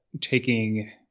taking